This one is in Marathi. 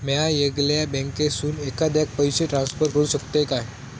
म्या येगल्या बँकेसून एखाद्याक पयशे ट्रान्सफर करू शकतय काय?